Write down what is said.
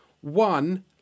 one